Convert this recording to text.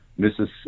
Mrs